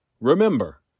remember